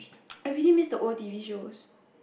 I really miss the old T_V shows